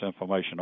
Information